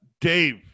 Dave